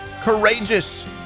courageous